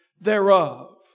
thereof